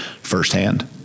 firsthand